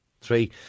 three